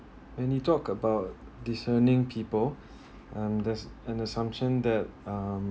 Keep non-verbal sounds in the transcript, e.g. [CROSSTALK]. and you talk about discerning people [BREATH] and the the assumption that um